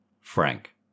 Frank